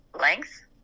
length